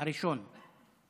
הראשון.